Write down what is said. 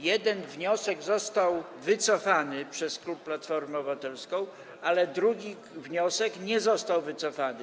Jeden wniosek został wycofany przez klub Platformę Obywatelską, ale drugi wniosek nie został wycofany.